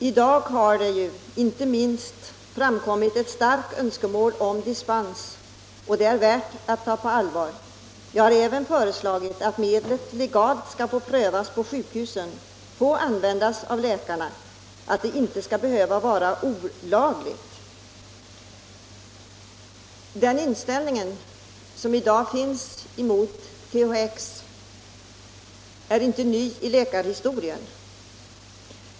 I dag har det ju inte minst framkommit ett starkt önskemål om dispens, som är värt att tas på allvar. Jag har även föreslagit att medlet legalt skall få prövas på sjukhusen och användas av läkarna utan att detta skall behöva vara olagligt. Den inställning som i dag finns mot THX preparatet är inte någonting nytt i läkarhistorien.